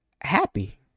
happy